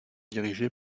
dirigée